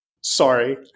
Sorry